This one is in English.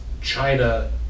China